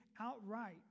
outright